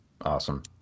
Awesome